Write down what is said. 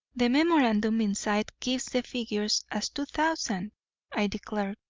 the memorandum inside gives the figures as two thousand i declared.